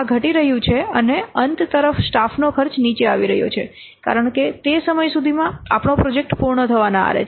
આ ઘટી રહ્યું છે અને અંત તરફ સ્ટાફનો ખર્ચ નીચે આવી રહ્યો છે કારણ કે તે સમય સુધીમાં આપણો પ્રોજેક્ટ પૂર્ણ થવાના આરે છે